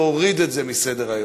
להוריד את זה מסדר-היום.